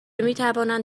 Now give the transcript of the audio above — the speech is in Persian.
میتوانند